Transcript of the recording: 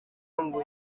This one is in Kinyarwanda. ngo